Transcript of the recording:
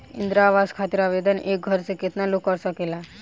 इंद्रा आवास खातिर आवेदन एक घर से केतना लोग कर सकेला?